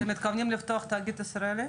אתם מתכוונים לפתוח תאגיד ישראלי?